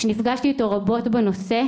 שנפגשתי איתו רבות בנושא,